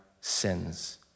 sins